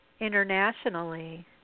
internationally